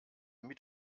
mit